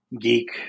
geek